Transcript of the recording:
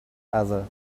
other